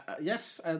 yes